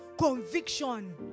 Conviction